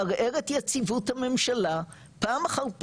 מערער את יציבות הממשלה פעם אחר פעם,